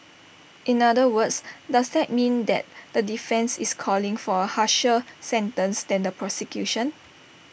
in other words does that mean that the defence is calling for A harsher sentence than the prosecution